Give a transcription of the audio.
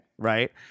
Right